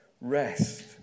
rest